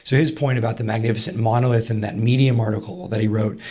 so his point about the magnificent monolith in that medium article that he wrote,